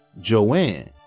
Joanne